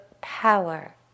power